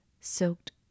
soaked